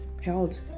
Held